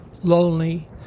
lonely